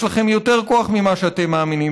יש לכם יותר כוח ממה שאתם מאמינים,